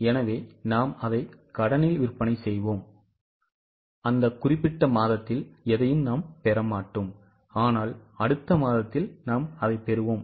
எனவே நாம் அதை கடனில் விற்பனை செய்வோம் அந்த குறிப்பிட்ட மாதத்தில் எதையும் நாம் பெற மாட்டோம் ஆனால் அடுத்த மாதத்தில் அதைப் பெறுவோம்